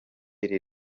iri